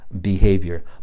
behavior